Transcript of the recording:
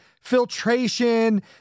filtration